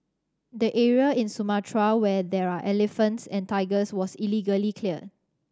the area in Sumatra where there are elephants and tigers was illegally cleared